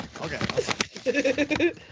Okay